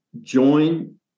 join